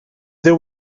there